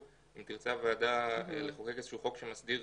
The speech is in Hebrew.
אם תרצה הוועדה לחוקק איזשהו חוק שמסדיר